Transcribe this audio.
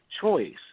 choice